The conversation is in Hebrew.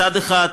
מצד אחד,